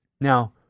Now